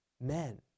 men